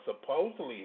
supposedly